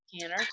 canner